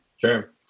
Sure